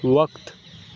وقت